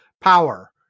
power